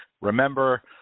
remember